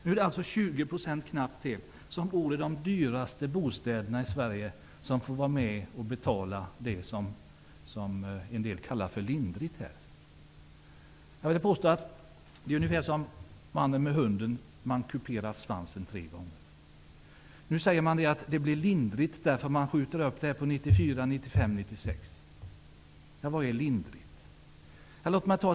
Nu är det de knappt 20 % som bor i de dyraste bostäderna i Sverige som får vara med om att betala, vilket en del här kallar för lindrigt. Jag vill påstå att det är ungefär som med mannen med hunden: man kuperar svansen tre gånger. Man säger att det blir lindrigt därför att man skjuter upp det till 1994, 1995 och 1996. Men vad är ''lindrigt''?